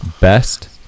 best